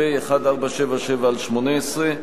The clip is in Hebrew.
פ/1477/18.